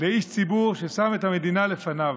איש ציבור ששם את המדינה לפניו.